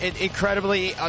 incredibly